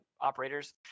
operators